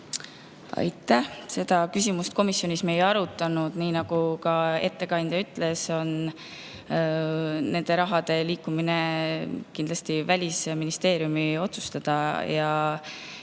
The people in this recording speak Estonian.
Aitäh! Seda küsimust komisjonis me ei arutanud. Nii nagu ka ettekandja ütles, selle raha liikumine on kindlasti Välisministeeriumi otsustada.